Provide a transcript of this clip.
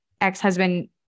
ex-husband